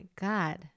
God